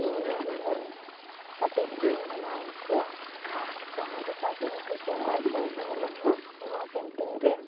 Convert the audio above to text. ᱤᱧ ᱦᱚᱧ ᱩᱭᱦᱟᱹᱨ ᱠᱟᱛᱮᱫ ᱤᱧ ᱵᱮᱱᱟᱣᱮᱫ ᱠᱚᱣᱟ ᱡᱟᱦᱟᱸ ᱞᱮᱠᱟᱛᱮ ᱱᱩᱠᱩ ᱪᱮᱦᱨᱟ ᱠᱚ ᱧᱮᱞᱚᱜ ᱢᱟ ᱱᱚᱣᱟ ᱯᱮᱱᱴᱤᱝ ᱨᱮ